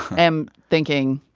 am thinking,